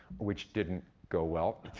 which didn't go well,